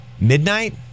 Midnight